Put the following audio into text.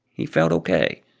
he felt ok.